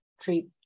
treat